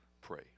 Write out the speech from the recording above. pray